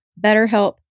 BetterHelp